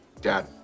Dad